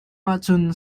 ahcun